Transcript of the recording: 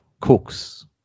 Cooks